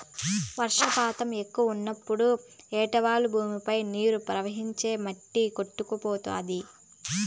వర్షపాతం ఎక్కువగా ఉన్నప్పుడు ఏటవాలు భూమిపై నీరు ప్రవహించి మట్టి కొట్టుకుపోతాది